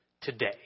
today